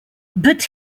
but